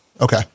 Okay